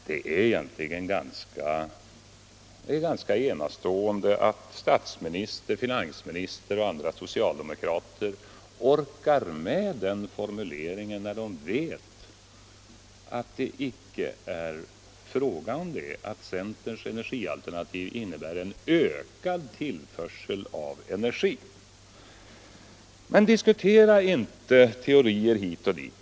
Det är egentligen ganska enastående att statsministern, finansministern och andra socialdemokrater orkar med den formuleringen, när de vet att centerns energialternativ innebär ökad tillförsel av energi. Men diskutera inte teorier hit och dit!